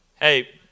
Hey